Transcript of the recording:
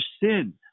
sin